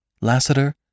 Lassiter